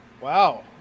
wow